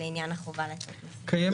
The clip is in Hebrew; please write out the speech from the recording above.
לעניין החובה לעטות מסכה.